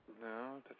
no